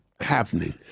happening